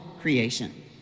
creation